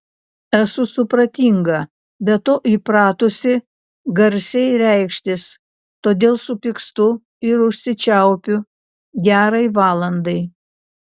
esu supratinga be to įpratusi garsiai reikštis todėl supykstu ir užsičiaupiu gerai valandai